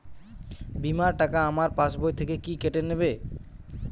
বিমার টাকা আমার পাশ বই থেকে কি কেটে নেবে?